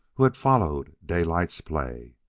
who had followed daylight's play.